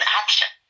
action